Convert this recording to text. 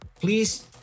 please